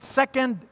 second